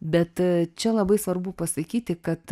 bet čia labai svarbu pasakyti kad